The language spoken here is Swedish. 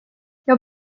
jag